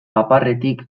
paparretik